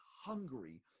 hungry